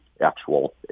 actual